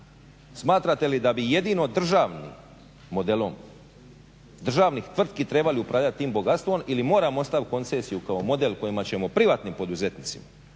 Smatrate li da bi jedino državnim modelom državnih tvrtki trebali upravljati tim bogatstvom ili moramo ostaviti koncesiju kao model kojima ćemo privatnim poduzetnicima